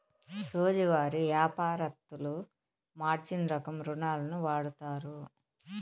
రోజువారీ యాపారత్తులు మార్జిన్ రకం రుణాలును వాడుతారు